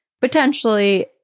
potentially